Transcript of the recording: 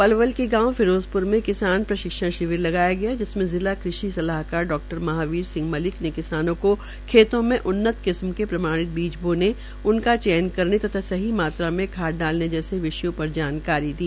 पलवल के गांव फिरोजप्र में किसान प्रशिक्षण शिविर लगाया गया जिसमे जिला कृषि सलाहकार डॉ महाबीर मलिक ने किसानों को खेतों मे उन्नत किस्म के प्रमाणित बीज बोने उनका चयन करने तथा सही मात्रा में खाद डालने जैसे विषयों जानकारी दी